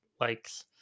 likes